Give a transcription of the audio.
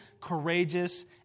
courageous